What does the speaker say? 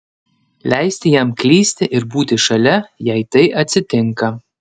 leisti jam klysti ir būti šalia jei tai atsitinka